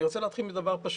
אני רוצה להתחיל מדבר פשוט.